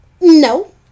No